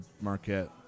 Marquette